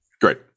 Great